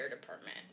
department